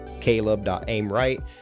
caleb.aimright